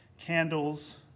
candles